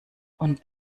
und